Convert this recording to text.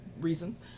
reasons